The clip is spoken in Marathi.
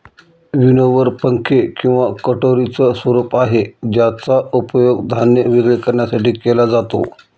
विनोवर पंखे किंवा कटोरीच स्वरूप आहे ज्याचा उपयोग धान्य वेगळे करण्यासाठी केला जातो